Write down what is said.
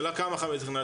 השאלה כמה חמץ נכנס,